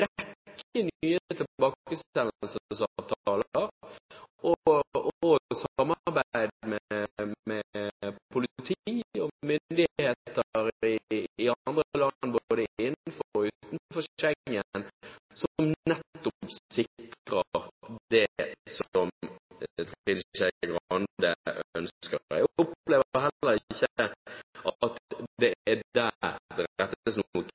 med politi og myndigheter i andre land både innenfor og utenfor Schengen som nettopp sikrer det som Trine Skei Grande ønsker. Jeg opplever heller ikke at det er der det rettes noen kritikk mot